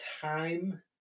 time